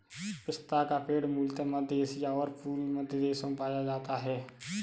पिस्ता का पेड़ मूलतः मध्य एशिया और पूर्वी मध्य देशों में पाया जाता है